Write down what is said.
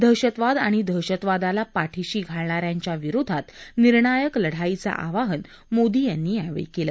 दहशतवाद आणि दहशतवादाला पाठीशी घालणाऱ्यांच्या विरोधात निर्णायक लढाईचं आवाहन मोदी यांनी यावेळी केलं